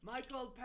Michael